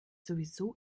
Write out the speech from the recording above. sowieso